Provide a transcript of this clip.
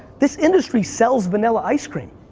this industry sells vanilla ice cream